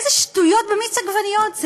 איזה שטויות במיץ עגבניות זה?